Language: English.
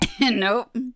Nope